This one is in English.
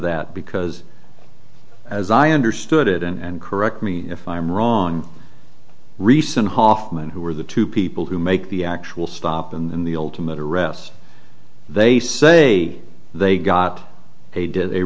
that because as i understood it and correct me if i'm wrong recent hoffman who were the two people who make the actual stop in the ultimate arrest they say they got a did a